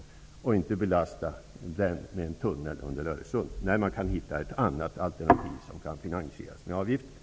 Statsbudgeten borde inte belastas med finansieringen av en tunnel under Öresund när det finns andra alternativ som kan finansieras med avgifter.